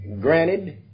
granted